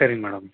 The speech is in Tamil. சரிங்க மேடம்